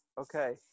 okay